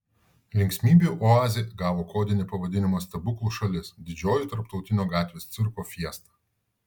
linksmybių oazė gavo kodinį pavadinimą stebuklų šalis didžioji tarptautinio gatvės cirko fiesta